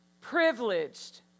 Privileged